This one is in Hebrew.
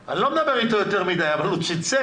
אני לא מדבר אתו יותר מדי, אבל הוא צלצל.